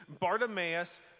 Bartimaeus